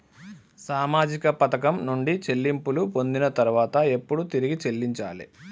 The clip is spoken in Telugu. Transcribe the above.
సామాజిక పథకం నుండి చెల్లింపులు పొందిన తర్వాత ఎప్పుడు తిరిగి చెల్లించాలి?